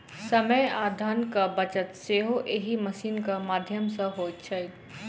समय आ धनक बचत सेहो एहि मशीनक माध्यम सॅ होइत छै